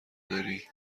داری